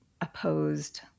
opposed